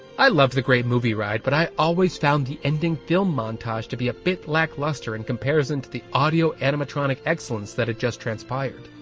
i loved the great movie ride, but i always found the ending film montage to be a bit lackluster in comparison to the audio-animatronic excellence that had just transpired.